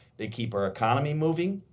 they keep our economy moving.